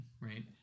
right